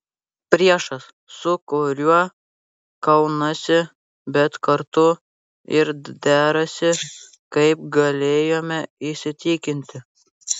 priešas su kuriuo kaunasi bet kartu ir derasi kaip galėjome įsitikinti